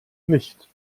nicht